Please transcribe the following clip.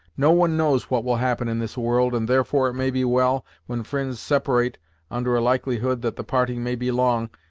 no one knows what will happen in this world, and therefore it may be well, when fri'nds separate under a likelihood that the parting may be long,